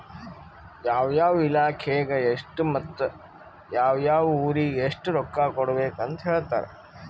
ಯಾವ ಯಾವ ಇಲಾಖೆಗ ಎಷ್ಟ ಮತ್ತ ಯಾವ್ ಯಾವ್ ಊರಿಗ್ ಎಷ್ಟ ರೊಕ್ಕಾ ಕೊಡ್ಬೇಕ್ ಅಂತ್ ಹೇಳ್ತಾರ್